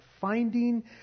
finding